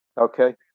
Okay